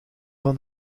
van